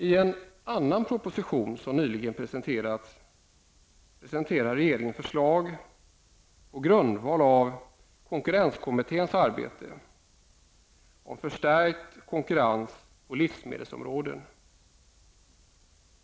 I en annan proposition som nyligen framlagts presenterar regeringen förslag -- på grundval av konkurrenskommitténs arbete -- om förstärkt konkurrens på livsmedelsområdet.